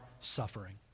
suffering